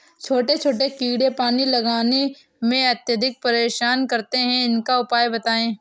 छोटे छोटे कीड़े पानी लगाने में अत्याधिक परेशान करते हैं इनका उपाय बताएं?